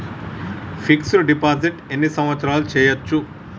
Fix డ్ deposit ఎన్ని సంవత్సరాలు చేయచ్చు?